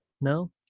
No